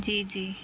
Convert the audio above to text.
جی جی